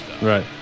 Right